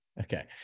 Okay